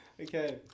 Okay